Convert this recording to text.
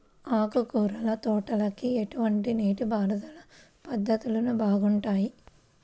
ఆకుకూరల తోటలకి ఎటువంటి నీటిపారుదల పద్ధతులు బాగుంటాయ్?